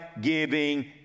giving